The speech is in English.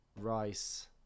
Rice